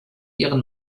ihren